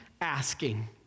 asking